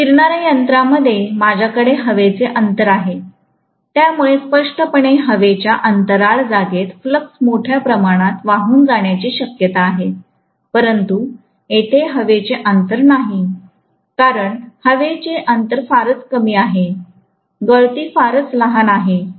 फिरणार्या यंत्रामध्ये माझ्याकडे हवेचे अंतर आहे त्यामुळे स्पष्टपणे हवेच्या अंतराळ जागेत फ्लक्स मोठ्या प्रमाणात वाहून जाण्याची शक्यता आहे परंतु येथे हवेचे अंतर नाही कारण हवेची अंतर फारच कमी आहे गळती फारच लहान असेल